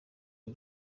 ubu